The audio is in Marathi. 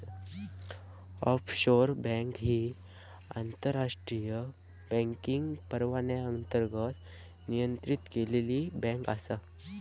ऑफशोर बँक ही आंतरराष्ट्रीय बँकिंग परवान्याअंतर्गत नियंत्रित केलेली बँक आसा